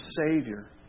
Savior